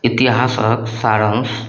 इतिहासक सारंश